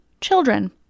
children